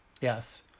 Yes